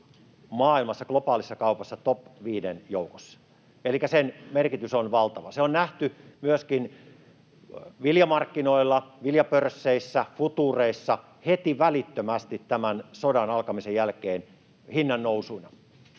maailmassa globaalissa kaupassa top 5:n joukossa, elikkä sen merkitys on valtava. Se on nähty myöskin viljamarkkinoilla, viljapörsseissä, futuureissa heti välittömästi tämän sodan alkamisen jälkeen hinnannousuina.